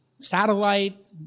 satellite